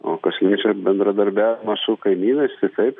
o kas liečia bendradarbiavą su kaimynais tai taip